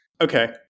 Okay